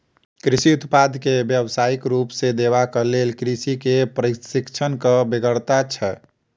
कृषि उत्पाद के व्यवसायिक रूप देबाक लेल कृषक के प्रशिक्षणक बेगरता छै